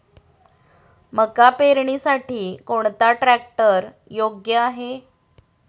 मका पेरणीसाठी कोणता ट्रॅक्टर योग्य आहे?